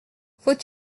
faut